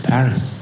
Paris